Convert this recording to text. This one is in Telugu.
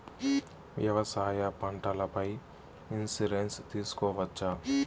వ్యవసాయ పంటల పై ఇన్సూరెన్సు తీసుకోవచ్చా?